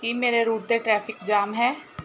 ਕੀ ਮੇਰੇ ਰੂਟ 'ਤੇ traffic jam ਹੈ